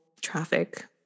traffic